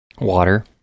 Water